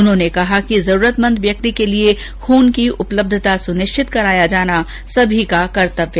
उन्होंने कहा कि जरूरतमंद व्यक्ति के लिए खून की उपलब्धता सुनिश्चित कराया जाना सबका कर्तव्य है